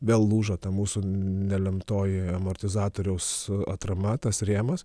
vėl lūžo ta mūsų nelemtoji amortizatoriaus atrama tas rėmas